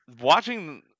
Watching